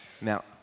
Now